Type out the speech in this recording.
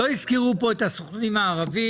לא הזכירו כאן את הסוכנים הערבים.